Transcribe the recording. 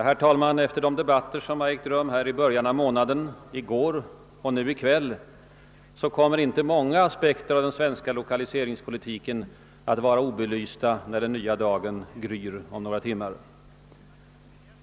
Herr talman! Efter de debatter som har ägt rum här i början av månaden, i går och nu i kväll kommer inte många aspekter på den svenska lokaliseringspolitiken att vara obelysta när den nya dagen gryr om några timmar.